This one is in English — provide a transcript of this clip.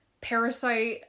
Parasite